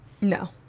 No